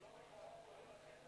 ולא לפי בקשתי.